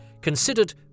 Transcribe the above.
Considered